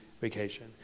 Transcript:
vacation